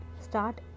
start